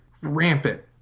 rampant